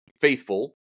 faithful